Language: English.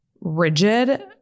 rigid